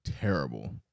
terrible